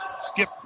skip